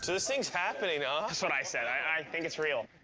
so this thing's happening? ah that's what i said. i think it's real.